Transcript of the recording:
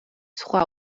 სხვა